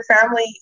family